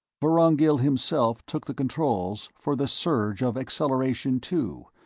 vorongil himself took the controls for the surge of acceleration two,